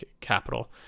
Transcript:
capital